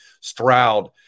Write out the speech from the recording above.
Stroud